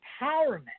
empowerment